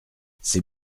c’est